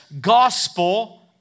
gospel